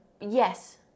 Yes